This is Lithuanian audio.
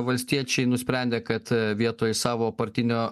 valstiečiai nusprendė kad vietoj savo partinio